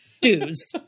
Dues